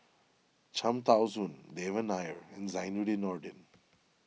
Cham Tao Soon Devan Nair and Zainudin Nordin